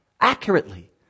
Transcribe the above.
accurately